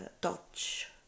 Dutch